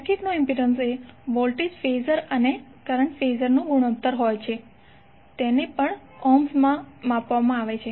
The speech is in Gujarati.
સર્કિટનો ઇમ્પિડન્સ એ વોલ્ટેજ ફેઝર અને કરંટ ફેઝર નો ગુણોત્તર છે અને તે ઓહ્મ્સ માં પણ માપવામાં આવે છે